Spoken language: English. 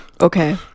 Okay